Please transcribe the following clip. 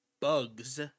bugs